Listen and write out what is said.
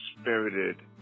spirited